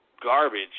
Garbage